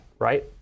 Right